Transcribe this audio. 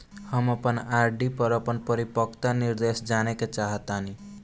हम अपन आर.डी पर अपन परिपक्वता निर्देश जानेके चाहतानी